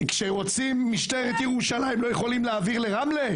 כשרוצים, משטרת ירושלים לא יכולה להעביר לרמלה?